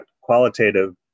qualitative